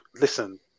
listen